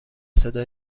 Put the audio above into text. صدا